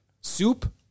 soup